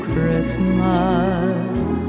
Christmas